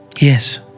Yes